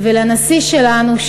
אני מודה לך.